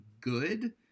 good